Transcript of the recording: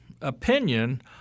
opinion